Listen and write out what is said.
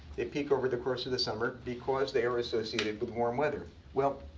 they peak over the course of the summer, because they are associated with warm weather. well,